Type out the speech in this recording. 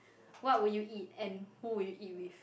what would you eat and who will you eat with